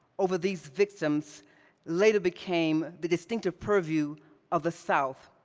over these victims later became the distinctive purview of the south,